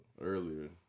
earlier